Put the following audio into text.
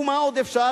ומה עוד אפשר,